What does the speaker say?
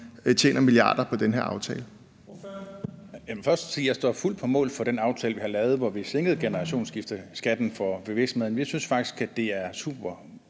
Dennis Flydtkjær (DD): Først vil jeg sige, at jeg står fuldt på mål for den aftale, vi har lavet, hvor vi sænkede generationsskifteskatten for virksomhederne. Vi synes faktisk, det er supergodt,